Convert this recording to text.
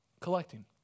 Collecting